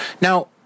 now